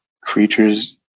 Creatures